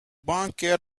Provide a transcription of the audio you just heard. bankers